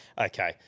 Okay